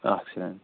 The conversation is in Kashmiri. اَکھ سٮ۪کَنٛڈ